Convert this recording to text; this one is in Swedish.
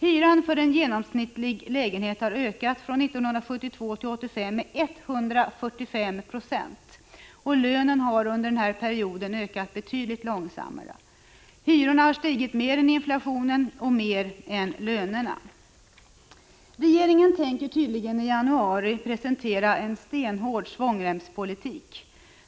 Hyran för en genomsnittlig lägenhet har från 1972 till 1985 ökat med 145 90. Lönen har under denna period ökat betydligt långsammare. Hyrorna har stigit mer än inflationen och mer än lönerna. Regeringen tänker tydligen i januari presentera en stenhård svångremspolitik.